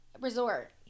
Resort